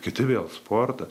kiti vėl sportą